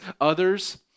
others